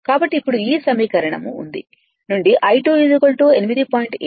కాబట్టి ఇప్పుడు ఈ సమీకరణం నుండి I2 8